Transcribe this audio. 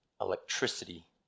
electricity